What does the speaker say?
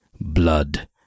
Blood